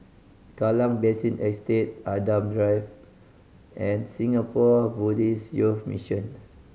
Kallang Basin Estate Adam Drive and Singapore Buddhist Youth Mission